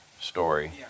story